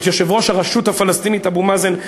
את יושב-ראש הרשות הפלסטינית אבו מאזן,